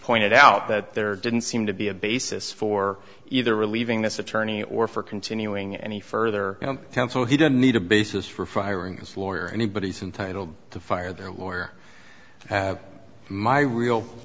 pointed out that there didn't seem to be a basis for either relieving this attorney or for continuing any further counsel he didn't need a basis for firing his lawyer anybody's intitled to fire their lawyer my real